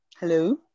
hello